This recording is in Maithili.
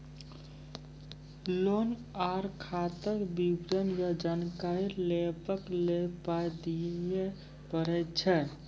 लोन आर खाताक विवरण या जानकारी लेबाक लेल पाय दिये पड़ै छै?